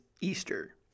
Easter